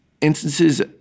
Instances